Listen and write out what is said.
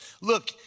look